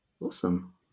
Awesome